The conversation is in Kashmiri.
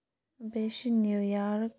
بیٚیہِ چھِ نِو یارٕک